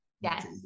Yes